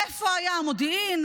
איפה היה המודיעין,